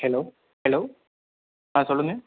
hello hello ஆ சொல்லுங்கள்